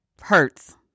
hurts